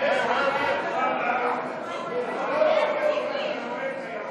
את הצעת חוק המרכז למורשת הערבים בישראל,